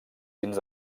dins